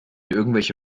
irgendwelche